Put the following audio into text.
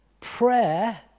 Prayer